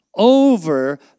Over